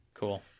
Cool